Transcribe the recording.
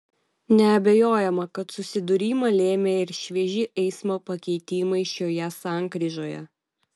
neabejojama kad susidūrimą lėmė ir švieži eismo pakeitimai šioje sankryžoje